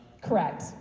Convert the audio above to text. Correct